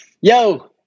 Yo